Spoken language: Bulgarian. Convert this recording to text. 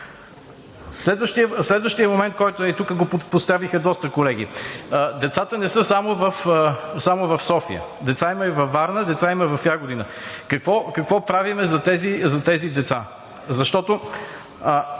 Следващият момент, който е – тук го поставиха доста колеги, децата не са само в София, деца има и във Варна, деца има и в Ягодина. Какво правим за тези деца? Защото